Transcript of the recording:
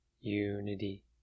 unity